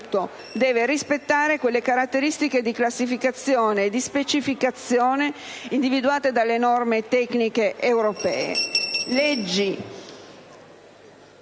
deve rispettare quelle caratteristiche di classificazione e di specificazione individuate dalle norme tecniche europee, leggi